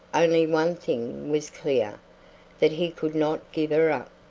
only one thing was clear that he could not give her up.